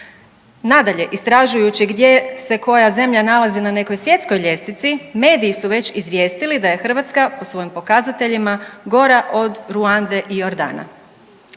Nadalje, istražujući gdje se koja zemlja nalazi na nekoj svjetskoj ljestvici mediji su već izvijestili da je Hrvatska po svojim pokazateljima gora od Ruande i Jordana.